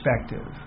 perspective